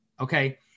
okay